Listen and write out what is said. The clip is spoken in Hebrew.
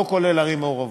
לא כולל ערים מעורבות.